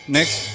Next